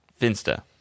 Finsta